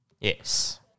Yes